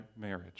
marriage